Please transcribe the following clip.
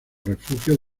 refugio